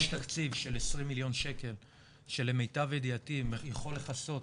יש תקציב של 20 מיליון שקל שלמיטב ידיעתי יכול לכסות